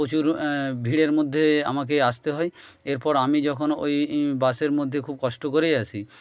প্রচুর ভিড়ের মধ্যে আমাকে আসতে হয় এরপর আমি যখন ওই বাসের মধ্যে খুব কষ্ট করেই আসি